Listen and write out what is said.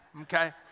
Okay